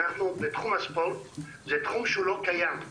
תחום מקום זה תחום שלא קיים.